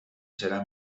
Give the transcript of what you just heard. serà